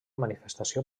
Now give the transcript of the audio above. manifestació